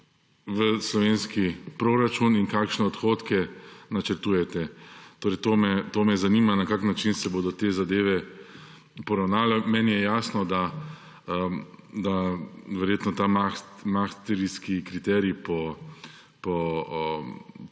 v slovenski proračun in kakšne odhodke načrtujete? To me zanima, na kak način se bodo te zadeve poravnale. Meni je jasno, da verjetno maastrichtski kriterij po